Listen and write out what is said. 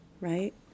right